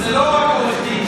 זה לא רק עורכי דין,